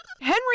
Henry